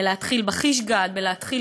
ולהתחיל ב"חיש-גד" ולהתחיל,